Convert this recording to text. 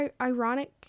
ironic